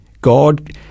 God